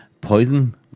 poison